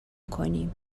کنیم